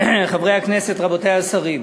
חברי הכנסת, רבותי השרים,